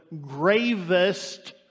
gravest